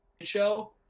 show